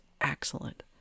excellent